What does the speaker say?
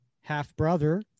half-brother